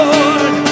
Lord